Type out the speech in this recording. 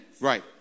right